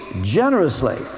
generously